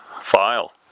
file